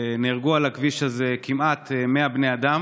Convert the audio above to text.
נהרגו על הכביש הזה כמעט 100 בני אדם.